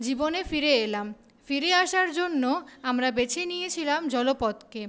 জীবনে ফিরে এলাম ফিরে আসার জন্য আমরা বেছে নিয়েছিলাম জলপথকে